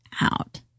out